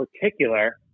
particular